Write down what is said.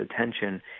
attention